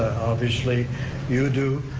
obviously you do,